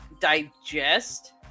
digest